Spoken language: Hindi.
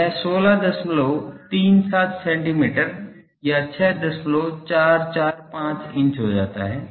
यह 1637 सेंटीमीटर या 6445 इंच हो जाता है